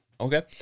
Okay